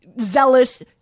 zealous